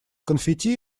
конфетти